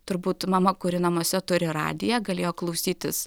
turbūt mama kuri namuose turi radiją galėjo klausytis